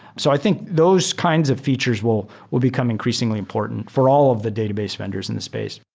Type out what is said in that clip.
so i think those kinds of features will will become increasingly important for all of the database vendors in the space.